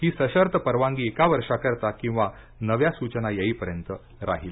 ही सशर्त परवानगी एका वर्षा करीता किंवा नव्या सूचना येईपर्यंत राहील